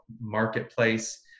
marketplace